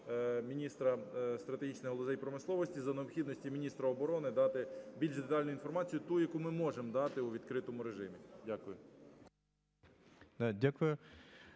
міністра стратегічних галузей промисловості, за необхідності і міністра оборони, дати більш детальну інформацію, ту, яку ми можемо дати у відкритому режимі. Дякую.